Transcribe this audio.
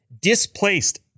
displaced